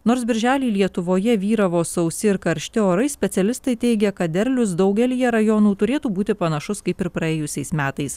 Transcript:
nors birželį lietuvoje vyravo sausi ir karšti orai specialistai teigia kad derlius daugelyje rajonų turėtų būti panašus kaip ir praėjusiais metais